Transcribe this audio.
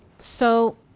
so,